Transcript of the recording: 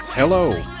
Hello